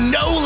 no